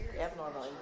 abnormal